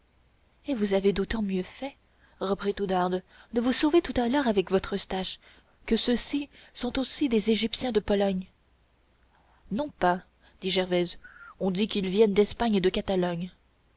et vous avez d'autant mieux fait reprit oudarde de vous sauver tout à l'heure avec votre eustache que ceux-ci aussi sont des égyptiens de pologne non pas dit gervaise on dit qu'ils viennent d'espagne et de catalogne